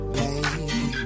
baby